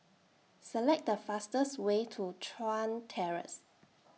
Select The fastest Way to Chuan Terrace